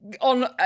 on